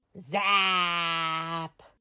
Zap